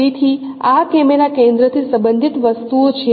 તેથી આ કેમેરા કેન્દ્રથી સંબંધિત વસ્તુઓ છે